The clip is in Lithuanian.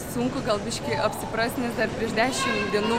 sunku gal biškį apsiprast nes dar prieš dešim dienų